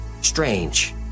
strange